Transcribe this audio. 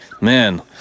man